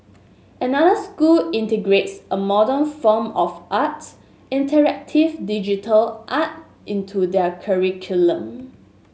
another school integrates a modern form of art interactive digital art into their curriculum